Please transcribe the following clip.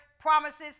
promises